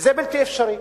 וזה בלתי אפשרי.